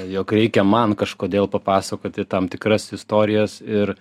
jog reikia man kažkodėl papasakoti tam tikras istorijas ir